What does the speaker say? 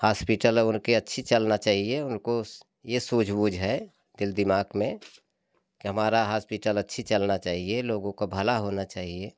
hospital और उनका चलना चाहिए उनको सू ये सूझ बुझ है दिल दिमाग में कि हमारा हॉस्पिटल अच्छा चलना चाहिए लोगों का भला होना चाहिए